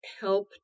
help